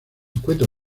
encuentra